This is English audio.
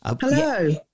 Hello